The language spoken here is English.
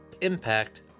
Impact